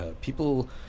people